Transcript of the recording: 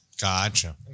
Gotcha